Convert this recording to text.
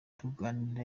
tuganira